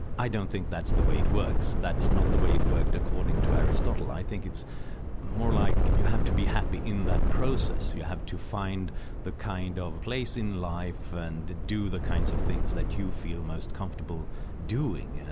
i don't think that's the way it works. that's not the way it worked according to aristotle. i think it's more like you have to be happy in that process, you have to find the kind of place in live and do the kinds of things that you feel most comfortable doing,